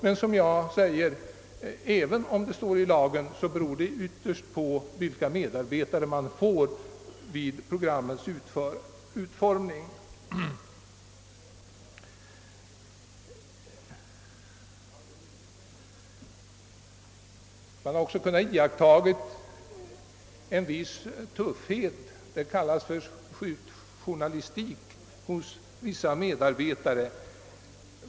Men även om det står i lagen beror det ytterst på vilka medarbetare man får vid programmens utformning om dessa krav blir uppfyllda. Man har kunnat iaktta en viss tuffhet — det kallas för skjutjärnsjournalistik — hos vissa medarbetare.